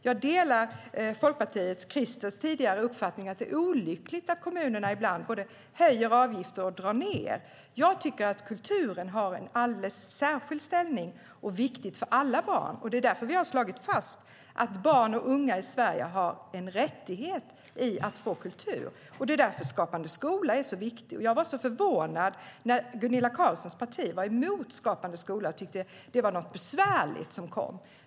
Jag delar den uppfattning som Folkpartiet och Christer Nylander framförde tidigare, att det är olyckligt att kommunerna ibland både höjer avgifter och drar ned. Jag tycker att kulturen har en alldeles särskild ställning och är viktig för alla barn. Det är därför vi har slagit fast att barn och unga i Sverige har rätt att få kultur. Det är därför Skapande skola är så viktig. Jag var så förvånad när Gunilla Carlssons parti var emot Skapande skola och tyckte att det var något besvärligt som kom.